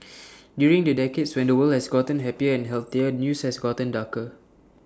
during the decades when the world has gotten happier and healthier news has gotten darker